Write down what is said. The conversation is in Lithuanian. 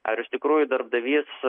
ar iš tikrųjų darbdavys